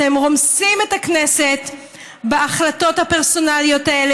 אתם רומסים את הכנסת בהחלטות הפרסונליות האלה